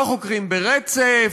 לא חוקרים ברצף,